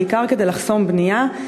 בעיקר כדי לחסום בנייה,